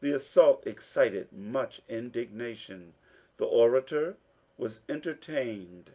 the assault excited much indignation the orator was entertained